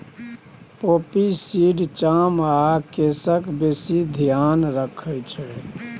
poppy seed चाम आ केसक बेसी धेआन रखै छै